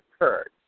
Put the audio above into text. occurred